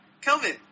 Kelvin